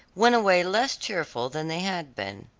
went away less cheerful than they had been.